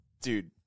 dude